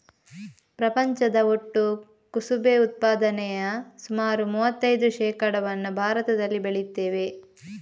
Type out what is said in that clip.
ಪ್ರಪಂಚದ ಒಟ್ಟು ಕುಸುಬೆ ಉತ್ಪಾದನೆಯ ಸುಮಾರು ಮೂವತ್ತೈದು ಶೇಕಡಾವನ್ನ ಭಾರತದಲ್ಲಿ ಬೆಳೀತೇವೆ